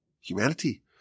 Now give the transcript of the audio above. Humanity